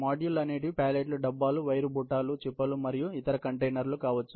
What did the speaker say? module అనేవి ప్యాలెట్లు డబ్బాలు వైర్ బుట్టలు చిప్పలు మరియు ఇతర కంటైనర్లు కావచ్చు